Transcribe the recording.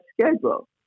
schedule